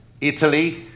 Italy